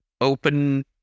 open